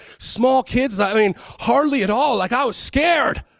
small kids, i mean hardly at all. like i was scared.